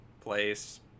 place